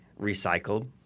recycled